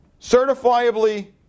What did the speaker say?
Certifiably